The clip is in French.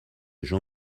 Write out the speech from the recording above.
jean